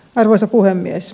arvoisa puhemies